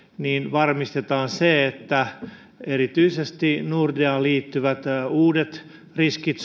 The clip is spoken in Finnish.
varmistetaan se että erityisesti nordeaan suurena pankkina liittyvät uudet riskit